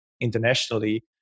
internationally